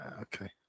Okay